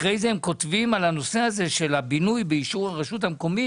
אחרי זה הם כותבים על הנושא של הבינוי באישור הרשות המקומית,